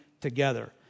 together